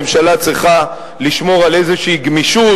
ממשלה צריכה לשמור על איזו גמישות,